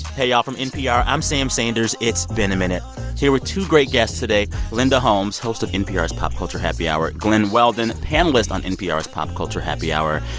hey y'all. from npr, i'm sam sanders. it's been a minute here with two great guests today. linda holmes, host of npr's pop culture happy hour glen weldon, panelist on npr's pop culture happy hour.